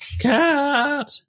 Cat